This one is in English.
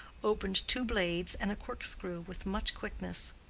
opened two blades and a cork-screw with much quickness.